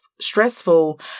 stressful